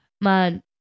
man